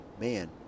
man